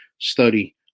study